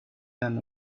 than